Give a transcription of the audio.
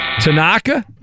Tanaka